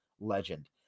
legend